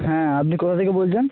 হ্যাঁ আপনি কোথা থেকে বলছেন